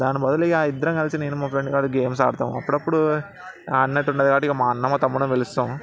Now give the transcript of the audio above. దాని బదులు ఇక ఇద్దరం కలిసి నేను మా ఫ్రెండ్ గాడు గేమ్స్ ఆడతాం అప్పుడప్పుడు అన్న అయితే ఉంటాడు కాబట్టి మా అన్ననో తమ్ముడినో పిలుస్తాము